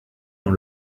dans